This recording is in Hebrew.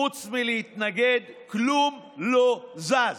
חוץ מלהתנגד כלום לא זז.